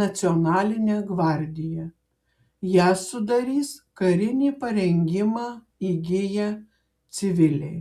nacionalinę gvardiją jas sudarys karinį parengimą įgiję civiliai